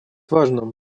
важным